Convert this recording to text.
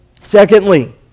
Secondly